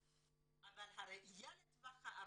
ובכלל, אבל הראייה לטווח הארוך,